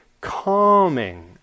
calming